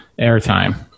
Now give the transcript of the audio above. airtime